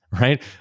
right